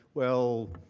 well,